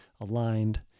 aligned